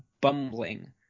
bumbling